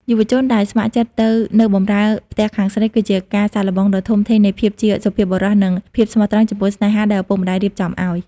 យុវជនដែលស្ម័គ្រចិត្តទៅ "នៅបម្រើ" ផ្ទះខាងស្រី គឺជាការសាកល្បងដ៏ធំធេងនៃភាពជាសុភាពបុរស និងភាពស្មោះត្រង់ចំពោះស្នេហាដែលឪពុកម្ដាយរៀបចំឱ្យ។